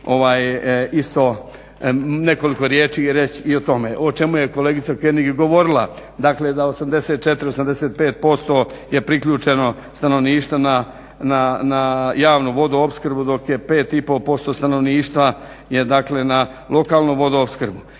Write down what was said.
isto nekoliko riječi reći i o tome o čemu je kolegica König i govorila. Dakle, da 84, 85% je priključeno stanovništva na javnu vodoopskrbu dok je 5,5% stanovništva je dakle na lokalnu vodoopskrbu.